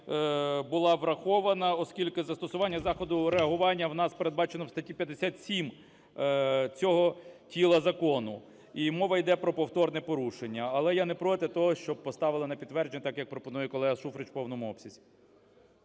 була врахована, оскільки застосування заходу реагування у нас передбачено в статті 57 цього тіла закону. І мова йде про повторне порушення. Але я не проти того, щоб поставили на підтвердження – так, як пропонує колега Шуфрич, в повному обсязі.